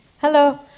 Hello